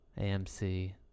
AMC